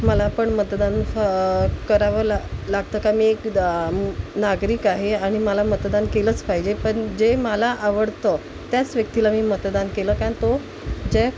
मला पण मतदान फ करावं ला लागतं का मी एक दा नागरिक आहे आणि मला मतदान केलंच पाहिजे पण जे मला आवडतं त्याच व्यक्तीला मी मतदान केलं कारण तो ज्या